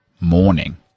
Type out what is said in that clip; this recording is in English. morning